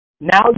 Now